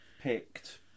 picked